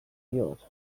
eat